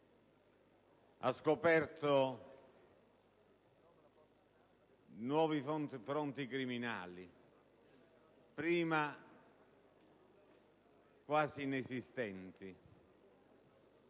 ha scoperto nuovi fronti criminali prima quasi inesistenti.